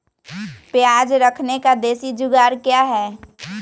प्याज रखने का देसी जुगाड़ क्या है?